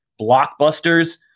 blockbusters